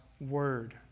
word